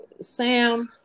Sam